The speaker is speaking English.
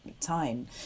time